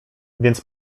więc